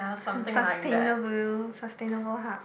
sustainable sustainable hub